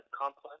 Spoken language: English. complex